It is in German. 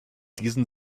diesen